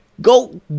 Go